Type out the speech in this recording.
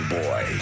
boy